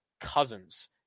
Cousins